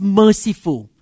merciful